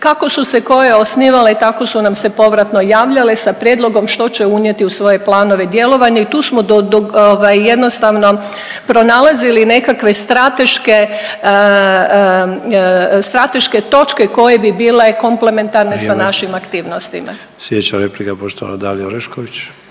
kako su se koje osnivale tako su nam se povratno javljale sa prijedlogom što će unijeti u svoje planove i djelovanje i tu smo ovaj jednostavno pronalazili nekakve strateške, strateške točke koje bi bile komplementarne sa našim…/Upadica Sanader: Vrijeme/…aktivnostima.